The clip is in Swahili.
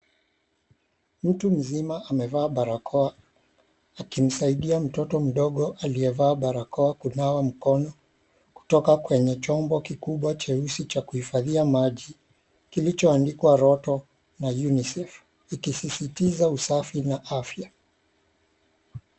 Mtu mzima amevaa barakoa akimsaidia mtoto mdogo aliyevaa barakoa kunawa mkono kutoka kwenye chombo kikubwa cheusi cha kuhifadhia maji kilichoandikwa Roto na UNICEF ukisisitiza usafi na afya.